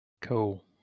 Cool